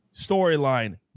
storyline